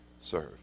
serve